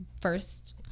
first